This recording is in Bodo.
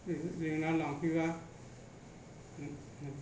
लेंना लांफैबा